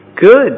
good